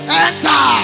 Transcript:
enter